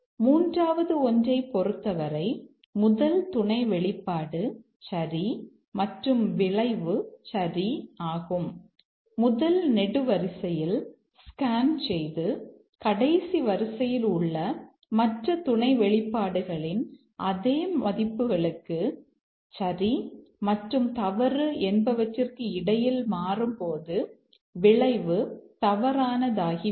மூன்றாவது ஒன்றைப் பொறுத்தவரை முதல் துணை வெளிப்பாடு சரி மற்றும் விளைவு சரி ஆகும் முதல் நெடுவரிசையில் ஸ்கேன் செய்து கடைசி வரிசையில் உள்ள மற்ற துணை வெளிப்பாடுகளின் அதே மதிப்புகளுக்கு சரி மற்றும் தவறு என்பவற்றிற்கு இடையில் மாறும்போது விளைவு தவறானதாகிவிடும்